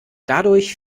dadurch